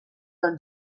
del